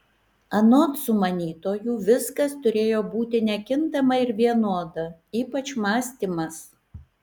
anot sumanytojų viskas turėjo būti nekintama ir vienoda ypač mąstymas